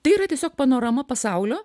tai yra tiesiog panorama pasaulio